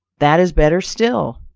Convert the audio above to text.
that is better still.